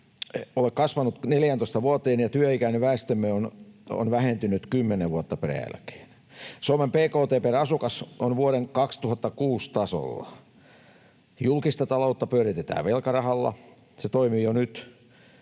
ole kasvanut 14 vuoteen, ja työikäinen väestömme on vähentynyt 10 vuotta peräjälkeen. Suomen bkt per asukas on vuoden 2006 tasolla. Julkista taloutta pyöritetään velkarahalla. Se toimii jo nyt